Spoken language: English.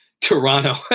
toronto